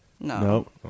No